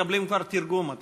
מקבלים כבר תרגום.